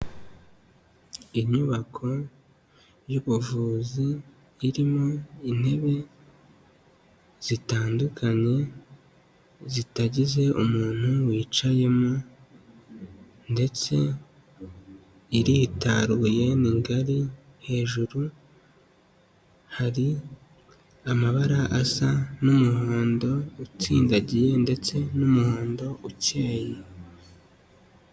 Inyubako y'ubuvuzi irimo intebe zitandukanye zitagize umuntu wicayemo ndetse iritaruye, ni ngari, hejuru hari amabara asa n'umuhondo utsindagiye ndetse n'umuhondo ukeye.